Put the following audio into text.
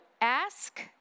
ask